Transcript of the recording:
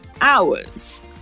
hours